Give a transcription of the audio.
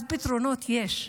אז פתרונות יש.